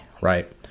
right